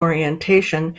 orientation